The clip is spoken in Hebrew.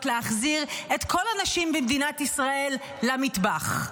להחזיר את כל הנשים במדינת ישראל למטבח.